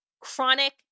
chronic